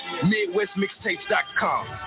MidwestMixtapes.com